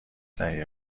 تهیه